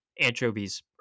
anchovies